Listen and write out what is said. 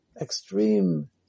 extreme